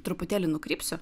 truputėlį nukrypsiu